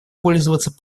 пользоваться